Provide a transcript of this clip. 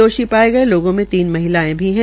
दोषी पाये गेये लोगों में तीन महिलाएं भी है